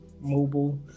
mobile